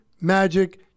Magic